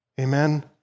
amen